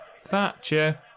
Thatcher